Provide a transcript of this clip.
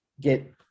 get